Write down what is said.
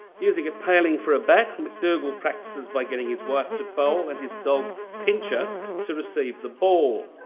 using a paling for a bat, mcdougall practices by getting his wife to bowl and his dog pincher to receive the ball.